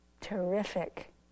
terrific